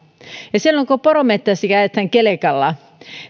ja silloin kun porometsässäkin ajetaan kelkalla